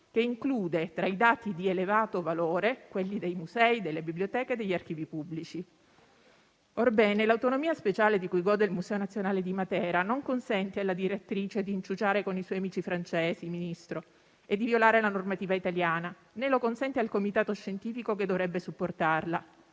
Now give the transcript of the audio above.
che include, tra i dati di elevato valore, quelli dei musei, delle biblioteche e degli archivi pubblici. Orbene, l'autonomia speciale di cui gode il Museo nazionale di Matera non consente alla direttrice di inciuciare con i suoi amici francesi, Ministro, e di violare la normativa italiana, né lo consente al comitato scientifico che dovrebbe supportarla.